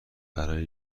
برای